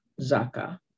Zaka